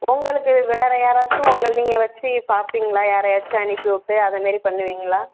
உங்களுக்கு வேறு யாராச்சும் உங்கள் நீங்கள் வைச்சி பார்ப்பீங்களா யாரையாச்சும் அனுப்பிவிட்டு அது மாதிரி பண்ணுவீங்களா